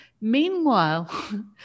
Meanwhile